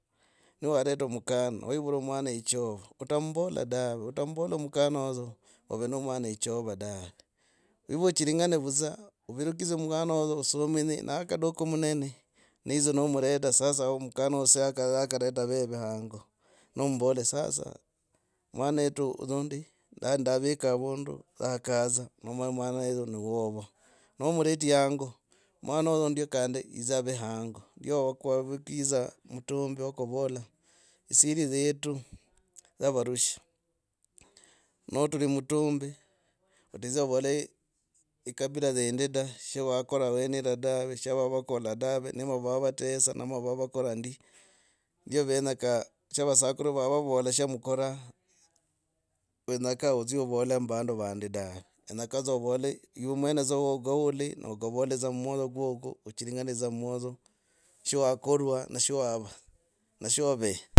Niwereta mukana wivurana mwana chovwe, otambola dave otambola mukana ozo ov no mwana echova dahe. Ive ochiringane vudza, ovirikidze mukana ozo, osominye nakaduka munene ne yidza nomureda sasa wo mkana yakareta veve hango. Nombole sasa mwanetu ozu ndi, ndali ndavika avundu wakadza nomwana wetu no wovo. Nomuleti hango mwana oyo kandi yidzaa ave hango ndio wakwavukiza mutoo mbi wakuvola siri zetu dzya varusha. Notuli mutumbi odiza avole akabira dzindi da sho wakora iveneea dave sho vavakola dave, niva vavatesa ama vavakora ndi, ndio venyekaa sha vasakuru sha vavola sha mukoraa kenyakaa odzie ovole mivandu vandi da. Kenyakaa dza ovole ovole ive mwene dza ugauli, nakavola dza mu mumwoyo gogo, ochiringane za mumwozo, showakorwa na sho wava na shove.